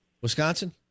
Wisconsin